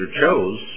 chose